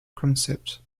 concept